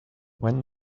when